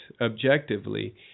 objectively